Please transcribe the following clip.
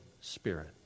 spirit